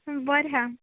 बोरें आहा